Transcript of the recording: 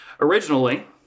originally